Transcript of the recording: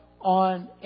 on